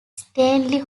stanley